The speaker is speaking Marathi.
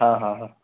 हा हा हा